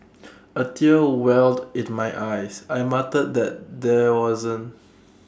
A tears welled IT my eyes I muttered that there wasn't